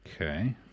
Okay